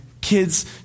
kids